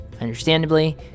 understandably